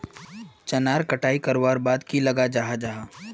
चनार कटाई करवार बाद की लगा जाहा जाहा?